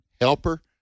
helper